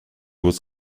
was